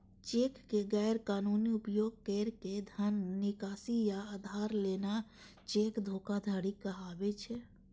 cheque के गैर कानूनी उपयोग कैर के धन निकासी या उधार लेना चेक धोखाधड़ी कहाबै छै